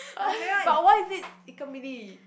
ah but why is it Ikan-Bilis